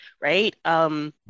right